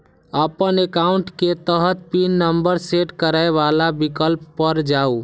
अपन एकाउंट के तहत पिन नंबर सेट करै बला विकल्प पर जाउ